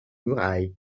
murailles